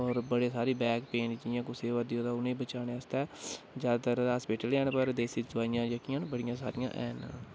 होर बड़े सारे बैकपेन जियां कुसै गी होऐ दी होऐ उ'नेंगी बचाने आस्तै ज्यादातर हास्पिटल बी हैन पर देसी दुआइयां जेह्कियां बड़ी सारियां हैन